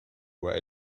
were